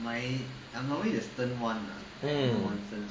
mm